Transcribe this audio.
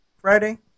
Friday